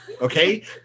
Okay